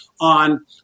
on